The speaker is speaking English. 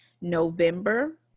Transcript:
November